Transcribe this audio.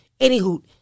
Anywho